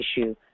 issue